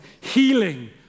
healing